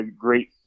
great